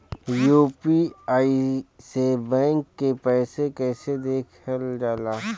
UPI से bank के पैसा कैसे देखल जाला?